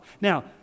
Now